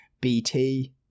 BT